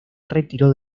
retiró